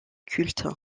culte